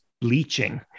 bleaching